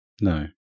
No